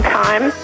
time